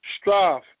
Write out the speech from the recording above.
Strive